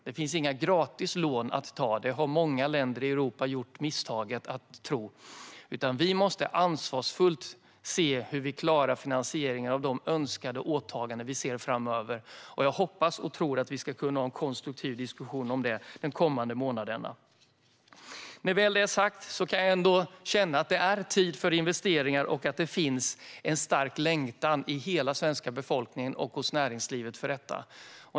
Det finns heller inga gratis lån att ta, vilket många länder i Europa gjort misstaget att tro. Vi måste ansvarsfullt se hur vi klarar finansieringen av de önskade åtaganden som finns framöver. Jag hoppas och tror att vi kan ha en konstruktiv diskussion om detta de kommande månaderna. Med detta sagt kan jag ändå känna att det är tid för investeringar och att det finns en stark längtan hos hela den svenska befolkningen och hos näringslivet efter detta.